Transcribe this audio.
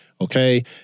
okay